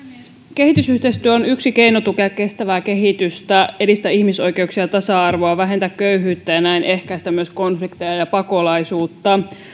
kehitysyhteistyö on yksi keino tukea kestävää kehitystä edistää ihmisoikeuksia tasa arvoa vähentää köyhyyttä ja näin ehkäistä myös konflikteja ja pakolaisuutta